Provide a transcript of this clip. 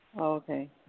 Okay